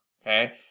okay